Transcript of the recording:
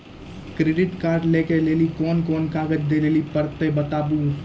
Credit card लै के लेली कोने कोने कागज दे लेली पड़त बताबू?